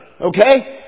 Okay